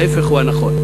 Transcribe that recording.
ההפך הוא הנכון.